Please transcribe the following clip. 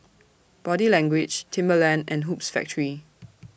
Body Language Timberland and Hoops Factory